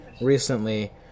recently